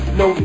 no